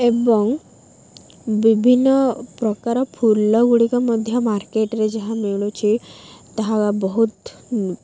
ଏବଂ ବିଭିନ୍ନ ପ୍ରକାର ଫୁଲ ଗୁଡ଼ିକ ମଧ୍ୟ ମାର୍କେଟ୍ରେ ଯାହା ମିଳୁଛି ତାହା ବହୁତ